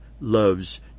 loves